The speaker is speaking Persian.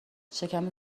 شکم